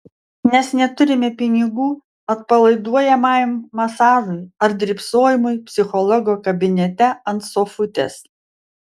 nes neturime pinigų atpalaiduojamajam masažui ar drybsojimui psichologo kabinete ant sofutės